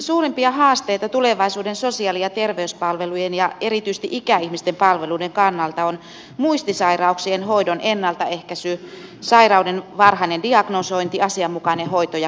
suurimpia haasteita tulevaisuuden sosiaali ja terveyspalvelujen ja erityisesti ikäihmisten palveluiden kannalta ovat muistisairauksien hoidon ennaltaehkäisy sairauden varhainen diagnosointi asianmukainen hoito ja kuntoutus